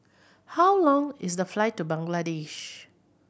how long is the flight to Bangladesh